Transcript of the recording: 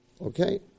Okay